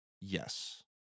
Yes